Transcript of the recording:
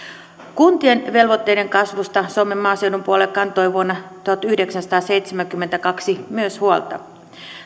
kuntien velvoitteiden kasvusta suomen maaseudun puolue kantoi vuonna tuhatyhdeksänsataaseitsemänkymmentäkaksi huolta